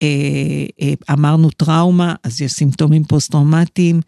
אמרנו טראומה, אז יש סימפטומים פוסט-טראומתיים.